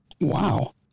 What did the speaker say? Wow